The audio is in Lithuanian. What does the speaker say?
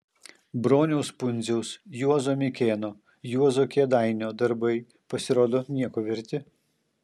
broniaus pundziaus juozo mikėno juozo kėdainio darbai pasirodo nieko verti